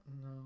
No